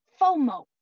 FOMO